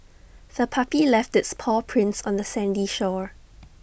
the puppy left its paw prints on the sandy shore